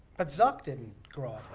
but zuck didn't grow